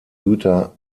güter